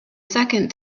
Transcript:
second